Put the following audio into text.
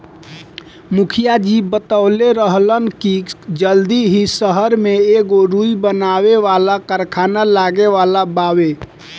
मुखिया जी बतवले रहलन की जल्दी ही सहर में एगो रुई बनावे वाला कारखाना लागे वाला बावे